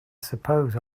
suppose